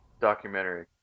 documentary